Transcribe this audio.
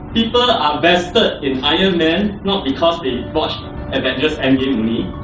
people are vested in iron man not because they watched avengers end game